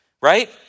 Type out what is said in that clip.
right